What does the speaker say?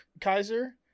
Kaiser